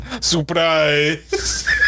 Surprise